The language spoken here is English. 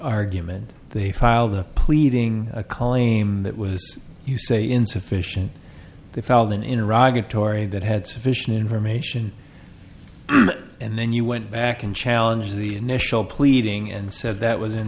argument they filed the pleading akali that was you say insufficient they filed in iraq a tory that had sufficient information and then you went back and challenge the initial pleading and said that was